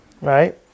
Right